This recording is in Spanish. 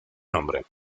nombre